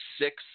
six